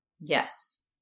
Yes